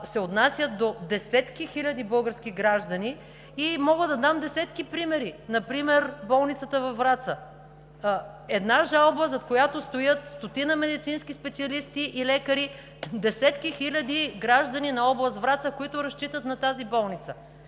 се отнасят до десетки хиляди български граждани. Мога да дам десетки примери: болницата във Враца – една жалба, зад която стоят стотина медицински специалисти и лекари, десетки хиляди граждани на област Враца, които разчитат на тази болница,